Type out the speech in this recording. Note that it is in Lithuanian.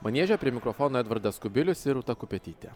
manieže prie mikrofono edvardas kubilius ir rūta kupetytė